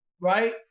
Right